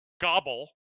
gobble